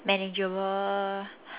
manageable